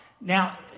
Now